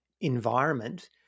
environment